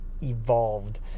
evolved